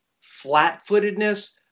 flat-footedness